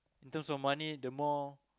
in terms of money the more